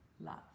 love